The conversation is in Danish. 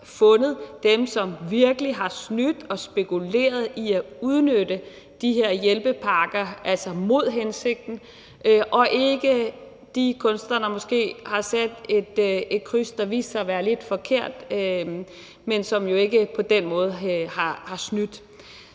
fundet dem, som virkelig har snydt og spekuleret i at udnytte de her hjælpepakker, altså imod hensigten, og ikke de kunstnere, der måske har sat et kryds, der viste sig at være lidt forkert, men som jo ikke på den måde har snydt.